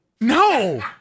No